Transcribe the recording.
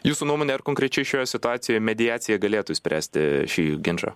jūsų nuomone ar konkrečioj šioje situacijoj mediacija galėtų išspręsti šį ginčą